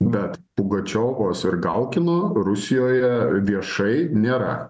bet pugačiovos ir galkino rusijoje viešai nėra